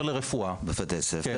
לרפואה?